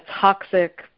toxic